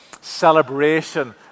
celebration